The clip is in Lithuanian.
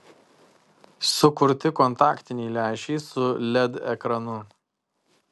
sukurti kontaktiniai lęšiai su led ekranu